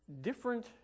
different